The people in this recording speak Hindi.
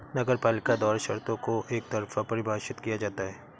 नगरपालिका द्वारा शर्तों को एकतरफा परिभाषित किया जाता है